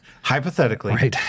Hypothetically